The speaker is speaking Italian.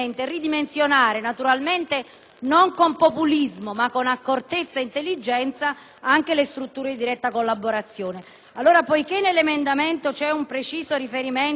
non con populismo, ma con accortezza ed intelligenza - anche le strutture di diretta collaborazione. Poiché nell'emendamento c'è un preciso riferimento alla misura del 10